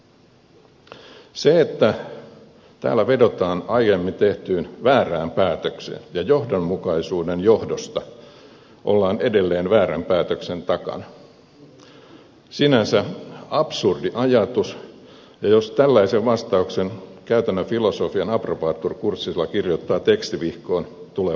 se että täällä vedotaan aiemmin tehtyyn väärään päätökseen ja johdonmukaisuuden johdosta ollaan edelleen väärän päätöksen takana on sinänsä absurdi ajatus ja jos tällaisen vastauksen käytännön filosofian approbatur kurssilla kirjoittaa tekstivihkoon tulee varmasti improbatur